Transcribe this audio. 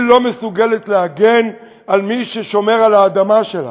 היא לא מסוגלת להגן על מי ששומר על האדמה שלה.